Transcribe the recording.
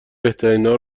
بهترینا